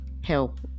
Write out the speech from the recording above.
help